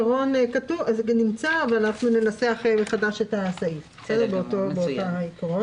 בין התקנות שנשארו במחלוקת, נשארה לנו תקנה